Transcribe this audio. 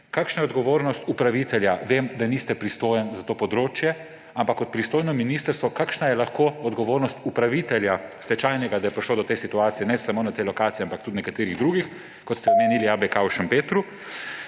Kakšna je odgovornost upravitelja? Vem, da niste pristojni za to področje, ampak kot pristojno ministrstvo vas sprašujem, kakšna je lahko odgovornost stečajnega upravitelja, da je prišlo do te situacije, ne samo na tej lokaciji, ampak tudi na nekaterih drugih, omenili ste ABK v Šempetru.